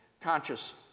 conscious